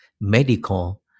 medical